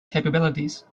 capabilities